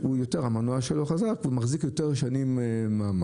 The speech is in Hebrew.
כשהמנוע של הרכב חזק, הוא מחזיק יותר שנים מעמד.